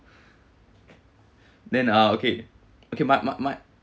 then uh okay okay mat mat mat